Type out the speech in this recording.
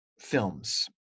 films